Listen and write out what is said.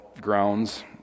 grounds